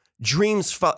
dreams